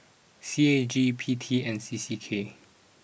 C A G P T and C C K